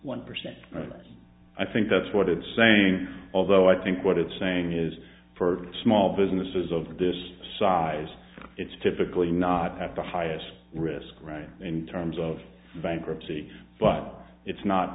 one percent i think that's what it's saying although i think what it's saying is for small businesses of this size it's typically not at the highest risk right in terms of bankruptcy but it's not